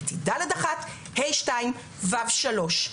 הייתי ד'1, ה'2, ו'3,